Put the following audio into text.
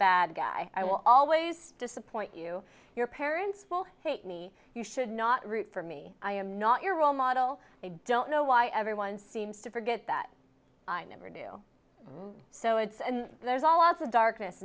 bad guy i will always disappoint you your parents will hate me you should not root for me i am not your role model they don't know why everyone seems to forget that i never do so it's and there's also darkness